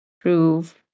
prove